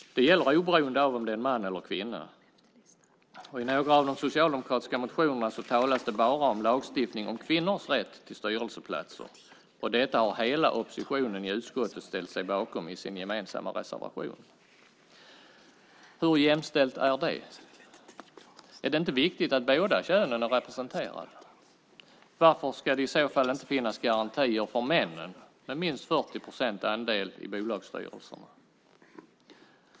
Det gäller oberoende av om det är en man eller kvinna. I några av de socialdemokratiska motionerna talas det bara om lagstiftning om kvinnors rätt till styrelseplatser, och detta har hela oppositionen i utskottet ställt sig bakom i sin gemensamma reservation. Hur jämställt är det? Är det inte viktigt att båda könen är representerade? Varför ska det i så fall inte finnas garantier för männen med minst 40 procents andel i bolagsstyrelser?